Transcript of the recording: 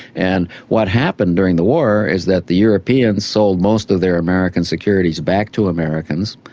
and what happened during the war is that the europeans sold most of their american securities back to americans,